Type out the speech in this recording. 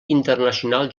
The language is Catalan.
internacional